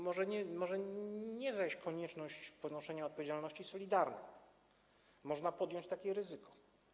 Może nie zajść konieczność ponoszenia odpowiedzialności solidarnej, można podjąć takie ryzyko.